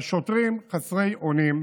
השוטרים חסרי אונים,